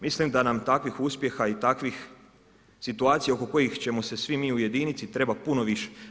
Mislim da nam takvih uspjeha i takvih situacija oko kojih ćemo se svi mi ujediniti treba puno više.